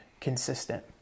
consistent